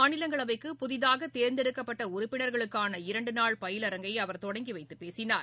மாநிலங்களவைக்கு புதிதாக தேர்ந்தெடுக்கப்பட்ட உறுப்பினர்களுக்கான இரண்டு நாள் பயிலரங்கை அவர் தொடங்கி வைத்து பேசினார்